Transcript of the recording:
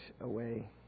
away